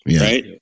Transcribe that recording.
right